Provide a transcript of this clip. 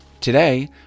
Today